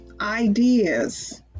ideas